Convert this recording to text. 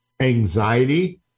anxiety